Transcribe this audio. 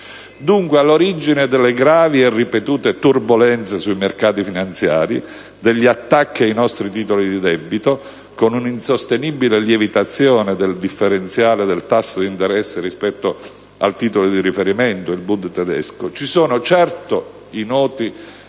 Dunque, all'origine delle gravi e ripetute turbolenze sui mercati finanziari, degli attacchi ai nostri titoli di debito, con una insostenibile lievitazione del differenziale del tasso di interesse rispetto al titolo di riferimento, il *Bund* tedesco, ci sono certamente